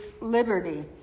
liberty